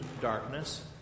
darkness